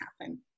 happen